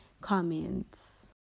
comments